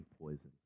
poison